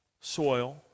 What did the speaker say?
soil